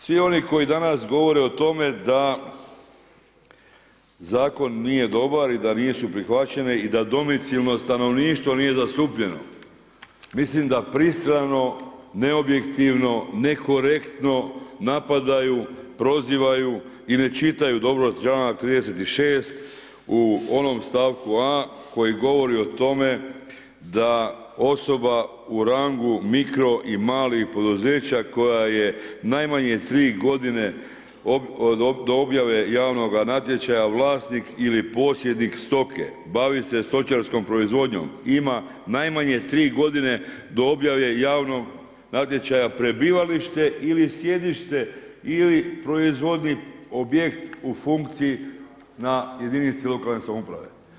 Svi oni koji danas govore o tome da zakon nije dobar i da nisu prihvaćene i da domicilno stanovništvo nije zastupljeno, mislim da pristrano, neobjektivno, nekorektno napadaju, prozivaju i ne čitaju dobro članak 36. u onom stavku a koji govori o tome da osoba u rangu mikro i malih poduzeća koja je najmanje tri godine do objave javnog natječaja vlasnik ili posjednik stoke, bavi se stočarskom proizvodnjom, ima najmanje tri godine do objave javnog natječaja, prebivalište ili sjedište ili proizvodni objekt u funkciji na jedinici lokalne samouprave.